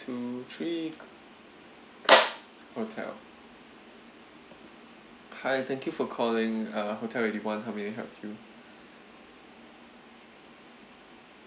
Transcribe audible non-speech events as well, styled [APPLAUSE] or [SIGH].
two three [NOISE] hotel hi thank you for calling uh Hotel Eighty One how may I help you